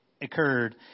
occurred